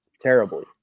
terribly